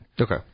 Okay